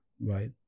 right